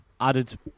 added